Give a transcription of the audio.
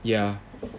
yeah